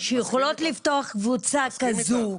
שיכולות לפתוח קבוצה כזו,